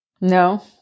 No